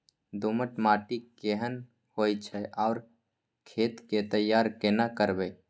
दोमट माटी केहन होय छै आर खेत के तैयारी केना करबै?